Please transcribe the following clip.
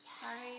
sorry